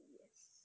yes